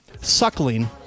suckling